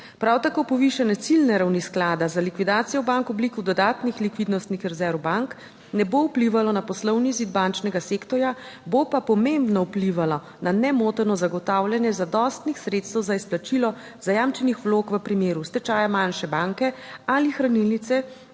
prav tako povišanje ciljne ravni sklada za likvidacijo bank v obliki dodatnih likvidnostnih rezerv bank ne bo vplivalo na poslovni izid bančnega sektorja, bo pa pomembno vplivalo na nemoteno zagotavljanje zadostnih sredstev za izplačilo zajamčenih vlog v primeru stečaja manjše banke ali hranilnice